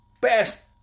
best